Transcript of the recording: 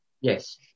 yes